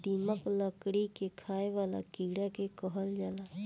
दीमक, लकड़ी के खाए वाला कीड़ा के कहल जाला